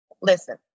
Listen